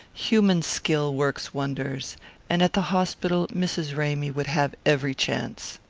human skill works wonders and at the hospital mrs. ramy would have every chance.